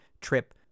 trip